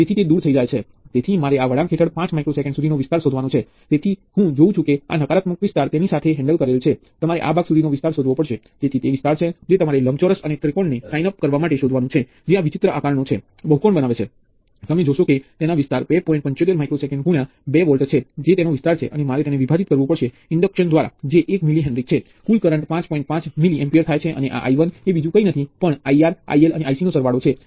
તેથી તે ખૂબ સ્પષ્ટ હોવું આવશ્યક છે આ ટર્મિનલ્સ વચ્ચેની આ આખી વસ્તુ એક જ વોલ્ટેજ સ્ત્રોત Vx ની સમકક્ષ છે જેનું મૂલ્ય આ સારાંશ દ્વારા આપવામાં આવે છે